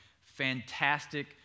Fantastic